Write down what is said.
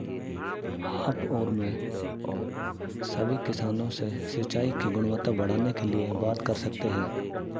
आप और मैं सभी किसानों से सिंचाई की गुणवत्ता बढ़ाने के लिए बात कर सकते हैं